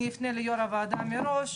אני אפנה ליו"ר הוועדה מראש,